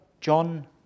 John